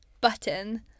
button